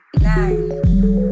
nine